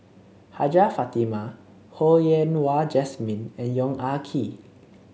Hajjah Fatimah Ho Yen Wah Jesmine and Yong Ah Kee